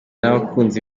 n’abakunzi